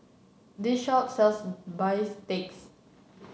this shop sells Bistakes